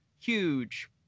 huge